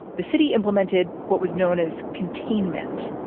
the city implemented what was known as containment,